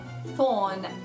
Thorn